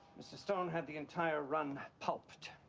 mr. stone had the entire run pulped.